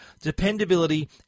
dependability